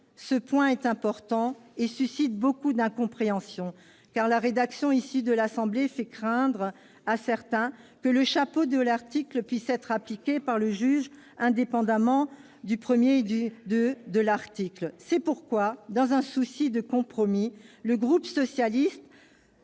Ce point est important et suscite beaucoup d'incompréhension, car la rédaction issue de l'Assemblée a fait craindre à certains que le chapeau de cet article ne puisse être mis en application par les juges indépendamment du 1° et du 2° de son texte. C'est pourquoi, dans un souci de compromis, le groupe socialiste